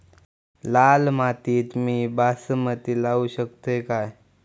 लाल मातीत मी बासमती लावू शकतय काय?